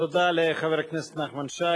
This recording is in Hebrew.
תודה לחבר הכנסת נחמן שי,